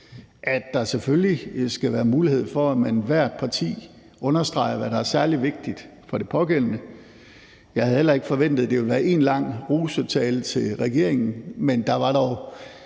skal selvfølgelig være mulighed for, at hvert parti understreger, hvad der er særlig vigtigt for det pågældende parti. Jeg havde heller ikke forventet, at det ville være en lang rosetale til regeringen, men der var dog